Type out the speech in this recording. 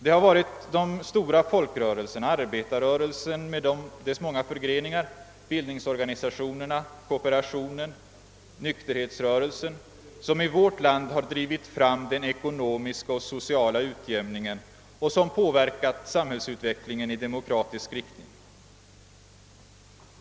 Det har varit de stora folkrörelserna — arbetarrörelsen med dess många förgreningar, bildningsorganisationerna, kooperationen, nykterhetsrörelsen — som i vårt land har drivit fram den ekonomiska och sociala utjämningen och som påverkat samhällsutvecklingen i demokratisk riktning.